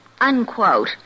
unquote